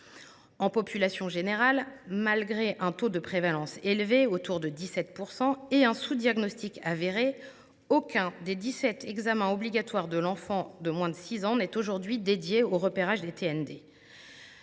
En population générale, malgré un taux de prévalence élevé, autour de 17 %, et un sous diagnostic avéré, aucun des dix sept examens obligatoires de l’enfant de moins de six ans n’est aujourd’hui dédié au repérage des TND.